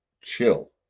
chill